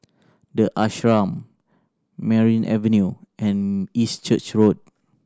The Ashram Merryn Avenue and East Church Road